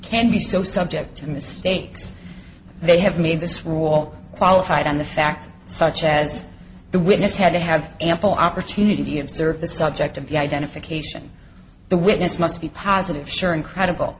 can be so subject to mistakes they have made this rule qualified and the fact such as the witness had to have ample opportunity to observe the subject of the identification the witness must be positive sure incredible